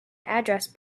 address